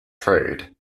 trade